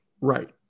Right